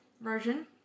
version